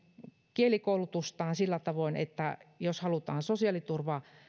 kielikoulutustaan sillä jos halutaan sosiaaliturva